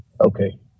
okay